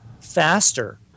faster